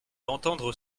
d’entendre